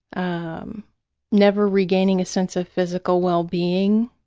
um never regaining a sense of physical well-being.